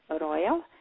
Royal